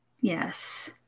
Yes